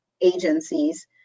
agencies